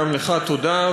גם לך תודה,